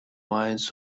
lines